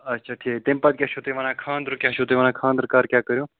اچھا ٹھیٖک تَمہِ کیٛاہ چھُو تُہۍ وَنان خانٛدرُک کیٛاہ چھُو تُہۍ وَنان خانٛدر کر کیٛاہ کٔرِو